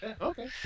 Okay